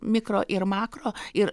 mikro ir makro ir